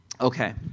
Okay